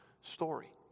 story